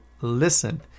listen